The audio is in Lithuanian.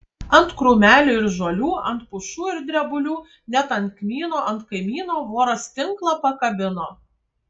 ant krūmelių ir žolių ant pušų ir drebulių net ant kmyno ant kaimyno voras tinklą pakabino